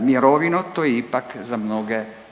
mirovinu, to je ipak za mnoge 500